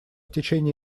течение